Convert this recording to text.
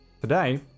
today